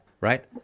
right